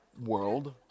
world